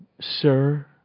sir